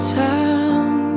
time